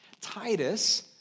Titus